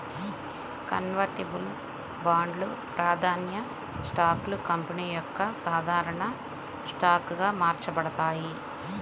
convertibles బాండ్లు, ప్రాధాన్య స్టాక్లు కంపెనీ యొక్క సాధారణ స్టాక్గా మార్చబడతాయి